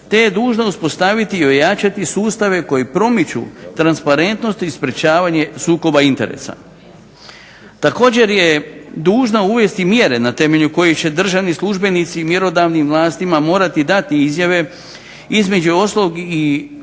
te je dužna uspostaviti i ojačati sustave koji promiču transparentnost i sprečavanje sukoba interesa. Također je dužna uvesti mjere na temelju kojih će državni službenici mjerodavnim vlastima morati dati izjave između ostalog i o svojim